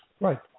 Right